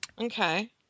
Okay